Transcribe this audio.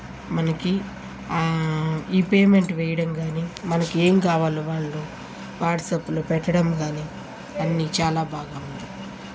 మనకి ఈ పేమెంట్ వెయ్యడం కానీ మనకి ఏమి కావాలో వాళ్ళు వాట్సాప్లో పెట్టడం కానీ అన్నీ చాలా బాగా ఉంది